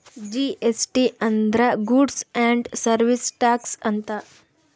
GST ಅಂದ್ರ goods and service tax ಅಂತ